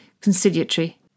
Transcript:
conciliatory